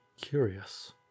Curious